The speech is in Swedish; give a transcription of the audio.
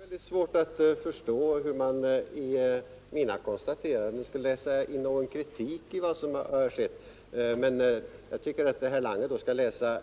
Fru talman! Jag har svårt att förstå hur man i mina konstateranden kan läsa in någon kritik av vad som har skett. Jag tycker att herr Lange skall läsa